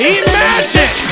imagine